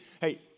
hey